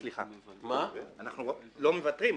אנחנו לא מוותרים.